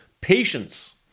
Patience